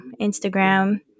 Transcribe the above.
Instagram